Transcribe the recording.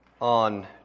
On